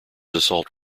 assault